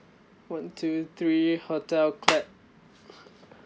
one two three hotel clap